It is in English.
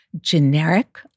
generic